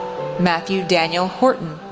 matthew daniel houghton,